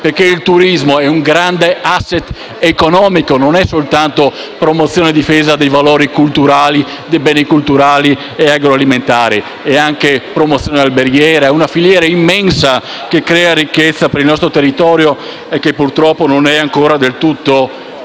turismo, infatti, è un grande *asset* economico, non è soltanto promozione e difesa dei valori culturali e dei beni culturali e agroalimentari; è anche promozione alberghiera, è una filiera immensa, che crea ricchezza per il nostro territorio e che purtroppo non è ancora del tutto utilizzata.